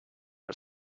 are